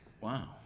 wow